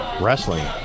wrestling